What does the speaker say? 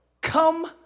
Come